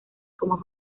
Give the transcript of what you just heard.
cómo